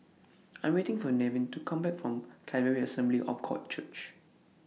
I Am waiting For Nevin to Come Back from Calvary Assembly of God Church